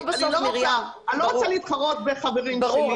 אני לא רוצה להתחרות בחברים שלי.